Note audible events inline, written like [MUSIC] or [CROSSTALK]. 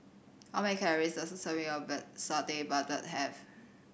how many calories does a serving of [UNINTELLIGIBLE] Satay Babat have